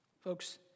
Folks